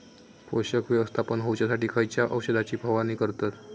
पोषक व्यवस्थापन होऊच्यासाठी खयच्या औषधाची फवारणी करतत?